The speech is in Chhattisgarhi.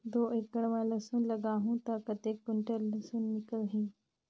दो एकड़ मां लसुन लगाहूं ता कतेक कुंटल लसुन निकल ही?